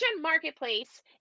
Marketplace